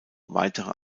weitere